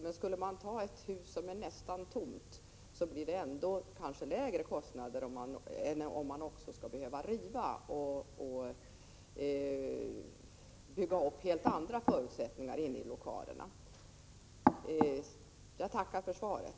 Men när det är fråga om ett så gott som tomt hus blir = 7-7 det kanske ändå lägre kostnader än om man skall behöva riva inne i huset och sedan bygga under helt andra förutsättningar. Jag tackar för svaret.